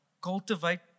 cultivate